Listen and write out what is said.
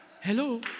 Hello